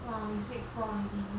!wah! we week four already